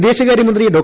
വിദേശകാര്യമന്ത്രി ഡോ